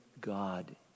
God